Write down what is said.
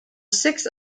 six